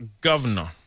governor